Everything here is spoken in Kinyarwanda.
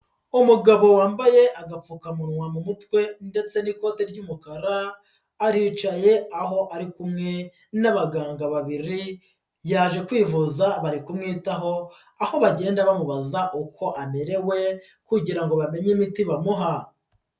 Umugabo wambaye agapfukamunwa mu mutwe ndetse n'ikoti ry'umukara aricaye aho ari kumwe n'abaganga babiri yaje kwivuza bari kumwitaho aho bagenda bamubaza uko amerewe kugira ngo bamenye imiti bamuha.